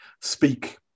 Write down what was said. speak